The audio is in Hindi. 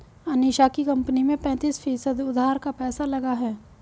अनीशा की कंपनी में पैंतीस फीसद उधार का पैसा लगा है